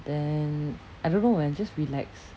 then I don't know eh just relax